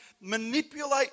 manipulate